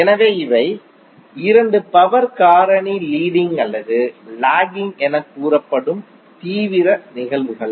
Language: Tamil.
எனவே இவை 2 பவர் காரணி லீடிங் அல்லது லேக்கிங் என கூறப்படும் தீவிர நிகழ்வுகள்